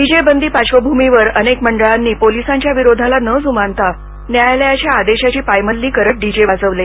DJ बंदी पार्श्वभूमीवर अनेक मंडळांनी पोलिसांच्या विरोधाला न जुमानता न्यायालयाच्या आदेशाची पायमल्ली करीत डीजे वाजवले